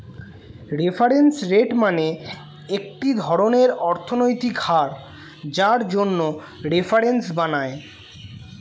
reference rate মানে একটি ধরনের অর্থনৈতিক হার যার জন্য রেফারেন্স বানায়